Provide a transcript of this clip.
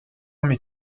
mais